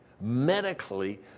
medically